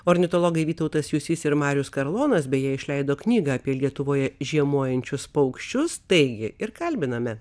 ornitologai vytautas jusys ir marius karlonas beje išleido knygą apie lietuvoje žiemojančius paukščius taigi ir kalbiname